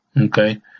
okay